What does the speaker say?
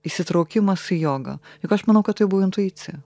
įsitraukimas į jogą juk aš manau kad tai buvo intuicija